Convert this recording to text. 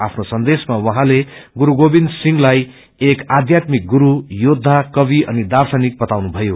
आफ्नो सन्देशमा उझँले गुरू गोविन्द सिंह्ताई एक आध्यात्मिक गुरू योद्धा कवि अनि दाश्रनिक वताउनुषयो